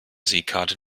seekarte